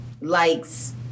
likes